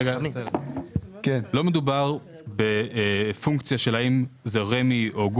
כשאנחנו מדברים על רמ"י זה,